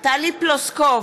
טלי פלוסקוב,